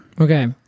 Okay